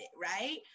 right